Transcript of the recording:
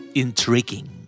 intriguing